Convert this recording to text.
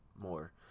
more